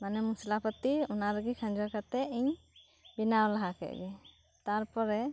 ᱢᱟᱱᱮ ᱢᱚᱥᱞᱟ ᱯᱟᱹᱛᱤ ᱚᱱᱟᱨᱮᱜᱮ ᱠᱷᱟᱡᱚ ᱠᱟᱛᱮᱧ ᱵᱮᱱᱟᱣ ᱞᱟᱦᱟ ᱠᱮᱫ ᱜᱮ ᱛᱟᱨᱯᱚᱨᱮ